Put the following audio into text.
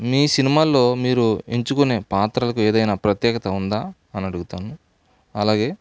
మీ సినిమాల్లో మీరు ఎంచుకునే పాత్రలకు ఏదైనా ప్రత్యేకత ఉందా అనడుగుతాను అలాగే